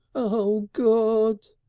o god!